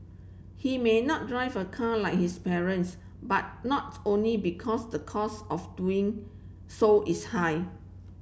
he may not drive a car like his parents but not only because the cost of doing so is high